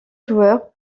joueurs